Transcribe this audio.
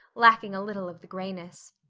lacking a little of the grayness.